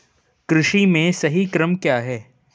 कृषि में सही क्रम क्या है?